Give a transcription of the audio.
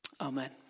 Amen